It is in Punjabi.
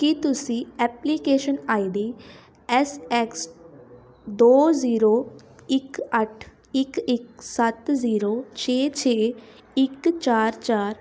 ਕੀ ਤੁਸੀਂ application I D S X ਦੋ ਜ਼ੀਰੋ ਇੱਕ ਅੱਠ ਇੱਕ ਇੱਕ ਸੱਤ ਜ਼ੀਰੋ ਛੇ ਛੇ ਇੱਕ ਚਾਰ ਚਾਰ